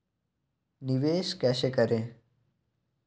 निवेश कैसे करें?